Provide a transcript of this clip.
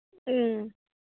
ꯎꯝ